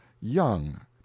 young